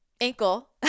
ankle